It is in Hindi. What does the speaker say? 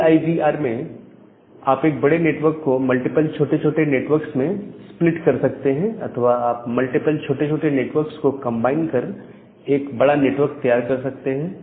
सीआईडी आर में आप एक बड़े नेटवर्क को मल्टीपल छोटे छोटे नेटवर्क्स में स्प्लिट कर सकते हैं अथवा आप मल्टीपल छोटे छोटे नेटवर्क को कंबाइन कर एक बड़ा नेटवर्क तैयार कर सकते हैं